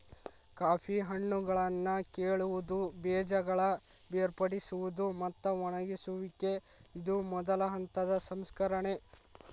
coffee ಹಣ್ಣುಗಳನ್ನಾ ಕೇಳುವುದು, ಬೇಜಗಳ ಬೇರ್ಪಡಿಸುವುದು, ಮತ್ತ ಒಣಗಿಸುವಿಕೆ ಇದು ಮೊದಲ ಹಂತದ ಸಂಸ್ಕರಣೆ